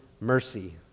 mercy